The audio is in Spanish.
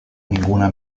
ninguna